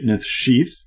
sheath